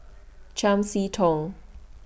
Chiam See Tong